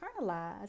internalize